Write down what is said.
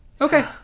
okay